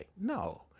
No